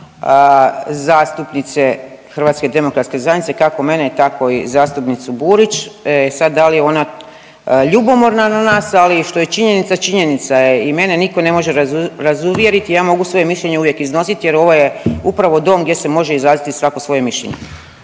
zastupnice Hrvatske demokratske zajednice, kako mene, tako i zastupnicu Burić. E sada da li je ona ljubomorna na nas, ali što je činjenica, činjenica je i mene nitko ne može razuvjeriti, ja mogu svoje mišljenje uvijek iznositi jer ovo je upravo dom gdje se može izraziti svatko svoje mišljenje.